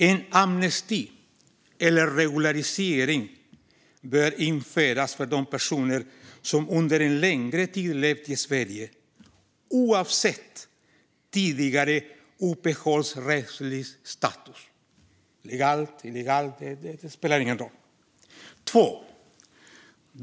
En amnesti eller regularisering bör införas för de personer som under en längre tid levt i Sverige, oavsett tidigare uppehållsrättslig status - legalt eller illegalt spelar ingen roll.